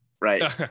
right